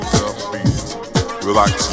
Relax